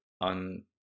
on